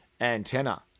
antenna